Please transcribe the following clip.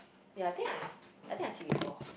ya I think I I think I see before